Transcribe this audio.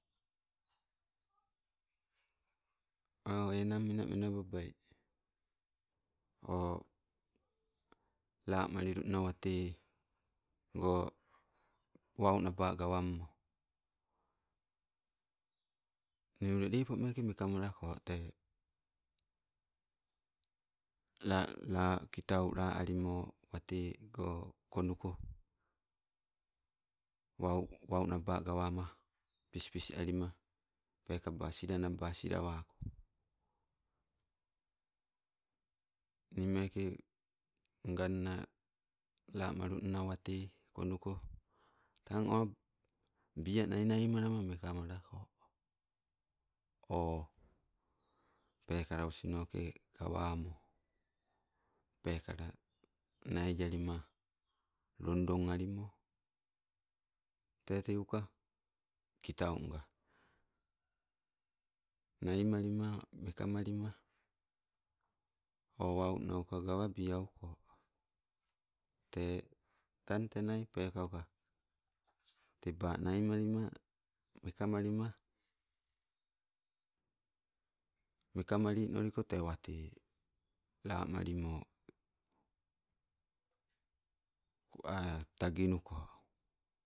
O enang menamena babai o lamalilunna watego, wau naba gawammo. Niule lepo mekee mekamalako tei. kitau laa alimo watago konuko wau, wau naba gawama pispis alima pekaba sila naba siliwako. Nii meeke nganna, lamalunna wate konnuko tang oh, bia nai naimalama mekamalako. O pekala, asnoke gawamo pekala nai alima, london alimoi. Tee teuka kitau nga, naimalima meka malimo wau nauka gawabi aluko. Tee tang tanai pekauka, teba naimalima meka malima, meka malilinoliko te wate lamalimo taginuko